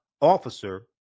officer